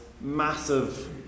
massive